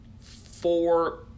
four